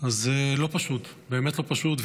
זה לא פשוט, באמת לא פשוט.